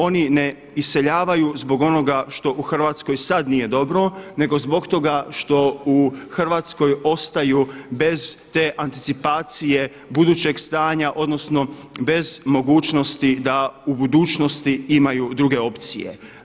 Oni ne iseljavaju zbog onoga što u Hrvatskoj sada nije dobro nego zbog toga što u Hrvatskoj ostaju bez te anticipacije budućeg stanja odnosno bez mogućnosti da u budućnosti imaju druge opcije.